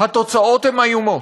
התוצאות הן איומות,